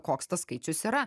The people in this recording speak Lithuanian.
koks tas skaičius yra